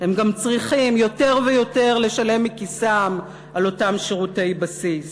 הם גם צריכים יותר ויותר לשלם מכיסם על אותם שירותי בסיס,